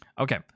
Okay